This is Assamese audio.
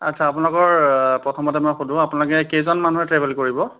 আচ্ছা আপোনালোকৰ প্ৰথমতে মই সোধোঁ আপোনালোকে কেইজন মানুহে ট্ৰেভেল কৰিব